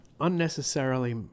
unnecessarily